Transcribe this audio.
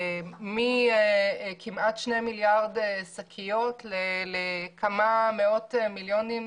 מכמעט 2 מיליארד שקיות לכמה מאות מיליונים.